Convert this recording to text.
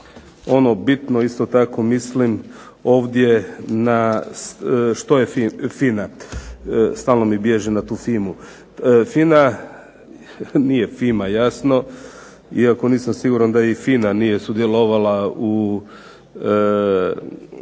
ono bitno isto tako mislim ovdje na što je FINA. Stalno mi bježi na tu Fimu. FINA, nije Fima jasno, iako nisam siguran da i FINA nije sudjelovala u